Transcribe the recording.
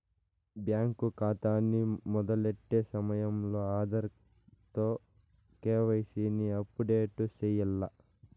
bank కాతాని మొదలెట్టే సమయంలో ఆధార్ తో కేవైసీని అప్పుడేటు సెయ్యాల్ల